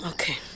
Okay